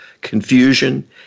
confusion